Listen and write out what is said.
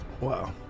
Wow